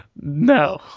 No